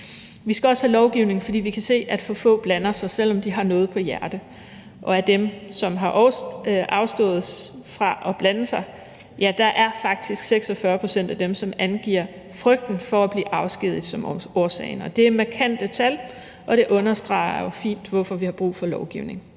Vi skal også have lovgivning, fordi vi kan se, at for få blander sig, selv om de har noget på hjerte, og at der blandt dem, der har afstået fra at blande sig, faktisk er 46 pct., som angiver frygten for at blive afskediget som årsagen. Det er markante tal, og det understreger jo fint, hvorfor vi har brug for lovgivning.